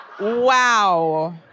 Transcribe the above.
Wow